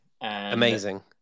Amazing